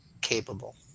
capable